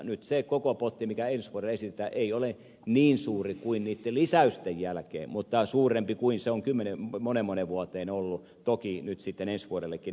nyt se koko potti mikä ensi vuodelle esitetään ei ole niin suuri kuin niitten lisäysten jälkeen mutta suurempi kuin se on moneen moneen vuoteen ollut toki nyt sitten ensi vuodellekin esitettävä